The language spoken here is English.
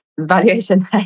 valuation